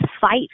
fight